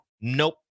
Nope